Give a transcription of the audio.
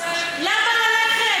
למה ללכת?